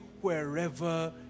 wherever